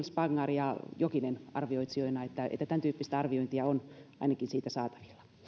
spangar ja jokinen arvioitsijoina eli ainakin tämäntyyppistä arviointia on siitä saatavilla